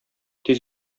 тиз